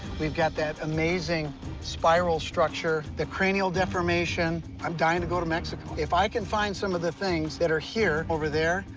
we've got that amazing spiral structure, the cranial deformation. i'm dying to go to mexico. if i can find some of the things that are here over there,